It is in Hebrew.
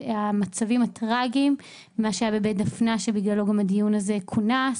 המצב הטרגי שהיה בבית דפנה שבגלל הדיון הזה כונס,